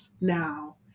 now